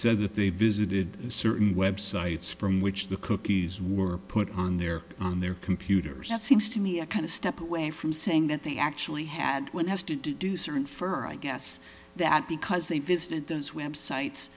said that they visited certain websites from which the cookies were put on their on their computers it seems to me a kind of step away from saying that they actually had one has to deduce or infer a guess that because they visited those wimps sites